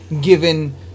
given